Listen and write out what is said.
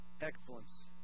Excellence